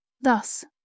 Thus